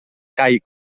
kaj